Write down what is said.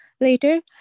later